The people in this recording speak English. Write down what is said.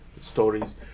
stories